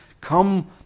come